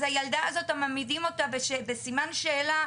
הם מעמידים את הילדה בסימן שאלה,